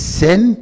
sin